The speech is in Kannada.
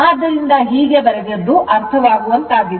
ಆದ್ದರಿಂದ ಹೀಗೆ ಬರೆದದ್ದು ಅರ್ಥವಾಗುವಂತಿದೆ